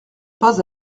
pas